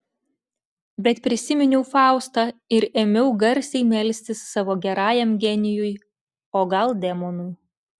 bet prisiminiau faustą ir ėmiau garsiai melstis savo gerajam genijui o gal demonui